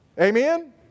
Amen